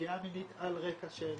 פגיעה מינית על רקע של.